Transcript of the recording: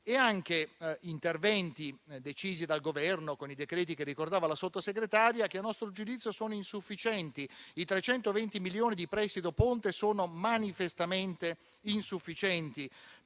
gli interventi decisi dal Governo, con i provvedimenti ricordati dalla Sottosegretaria, che a nostro giudizio sono insufficienti. I 320 milioni di prestito ponte sono manifestamente insufficienti